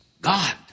God